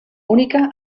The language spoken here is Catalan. única